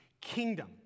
kingdom